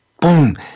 Boom